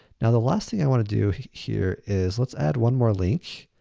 now, the last thing i want to do here is let's add one more link.